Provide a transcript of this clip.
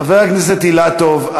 חבר הכנסת אילטוב,